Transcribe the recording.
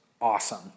awesome